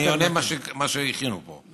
אני עונה מה שהכינו פה.